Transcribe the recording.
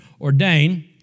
ordain